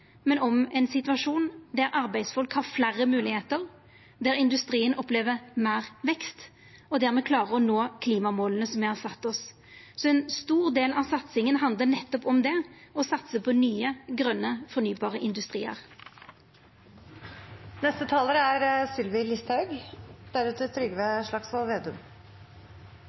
men om ein situasjon der arbeidsfolk har fleire moglegheiter, der industrien opplever meir vekst, og der me klarer å nå klimamåla me har sett oss. Så ein stor del av satsinga handlar nettopp om det å satsa på nye, grøne, fornybare industriar. Jeg vil også starte med å takke komiteen for et godt samarbeid. Det er